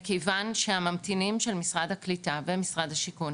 מכיוון שהממתינים של משרד הקליטה ומשרד השיכון,